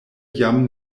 jam